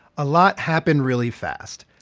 a lot happened really fast,